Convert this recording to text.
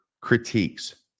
critiques